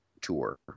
tour